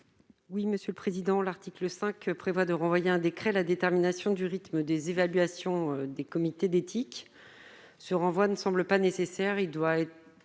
Oui, monsieur le président, l'article 5 prévoit de renvoyer à un décret la détermination du rythme des évaluations des comités d'éthique ce renvoi ne semble pas nécessaire, il doit être